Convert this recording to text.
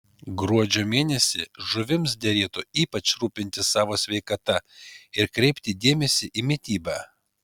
gruožio mėnesį žuvims derėtų ypač rūpintis savo sveikata ir kreipti dėmesį į mitybą